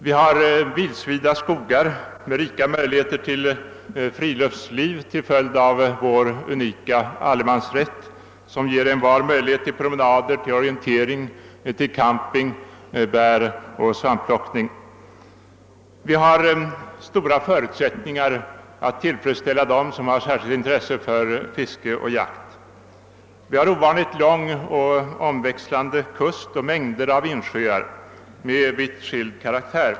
Vi har milsvida skogar med rika möjligheter till friluftsliv till följd av vår unika allemansrätt, som ger envar möjlighet till promenader, till orientering, till camping, till bäroch svampplockning. Vi har stora förutsättningar att tillfredsställa dem som har särskilt intresse för fiske och jakt. Vi har ovanligt långa och omväxlande kuster och mängder av insjöar med vitt skild karaktär.